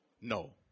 no